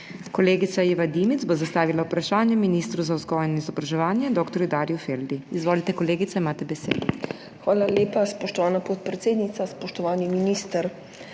Kolegica Iva Dimic bo zastavila vprašanje ministru za vzgojo in izobraževanje dr. Darju Feldi. Izvolite, kolegica, imate besedo. IVA DIMIC (PS NSi): Hvala lepa, spoštovana podpredsednica. Spoštovani minister!